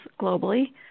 globally